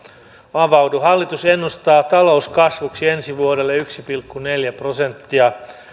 avaudu hallitus ennustaa talouskasvuksi ensi vuodelle yksi pilkku neljä prosenttia